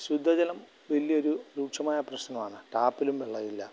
ശുദ്ധജലം വലിയൊരു രൂക്ഷമായ പ്രശ്നമാണ് ടാപ്പിലും വെള്ളമില്ല